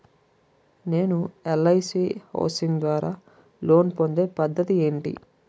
నేను ఎల్.ఐ.సి హౌసింగ్ ద్వారా లోన్ పొందే పద్ధతి ఏంటి?